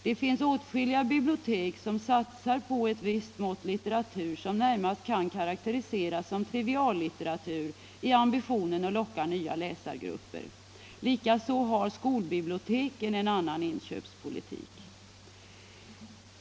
Det finns åtskilliga bibliotek som satsar på ett mått av litteratur som närmast kan karakteriseras som tri viallitteratur i ambitionen att locka nya läsargrupper. Likaså har skolbiblioteken en annan inköpspolitik.